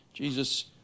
Jesus